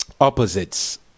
opposites